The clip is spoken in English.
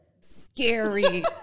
Scary